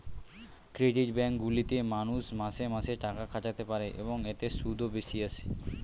credit bank গুলিতে মানুষ মাসে মাসে টাকা খাটাতে পারে, এবং এতে সুদও বেশি আসে